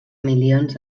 milions